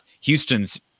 Houston's